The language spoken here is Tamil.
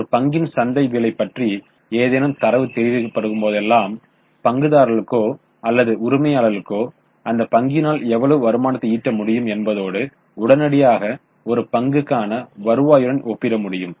ஒரு பங்கின் சந்தை விலை பற்றி ஏதேனும் தரவு தெரிவிக்கப்படும் போதெல்லாம் பங்குதாரர்களுக்கோ அல்லது உரிமையாளர்களுக்கோ அந்த பங்கினால் எவ்வளவு வருமானத்தை ஈட்ட முடியும் என்பதோடு உடனடியாக ஒரு பங்குக்கான வருவாயுடன் ஒப்பிட முடியும்